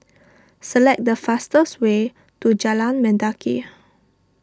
select the fastest way to Jalan Mendaki